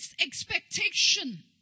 expectation